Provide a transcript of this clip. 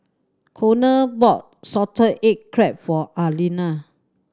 Konner bought salted egg crab for Alina